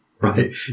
right